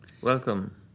welcome